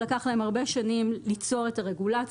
לקח להם הרבה שנים ליצור את הרגולציה.